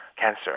cancer